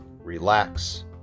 relax